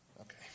Okay